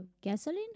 gasoline